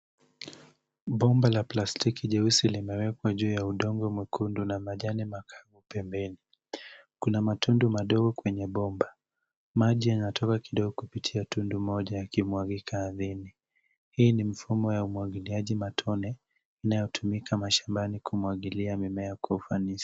Bomba la plastiki jeusi limeekwa juu ya udongo mwekundu na majani makavu pembeni. Kuna matundu madogo kwenye bomba. Maji yanatoka kidogo kupitia tundu moja yakimagika ardhini. Hii ni mfumo ya umwagiliaji matone inayotumika mashambani kumwagilia mimea kwa ufanisi.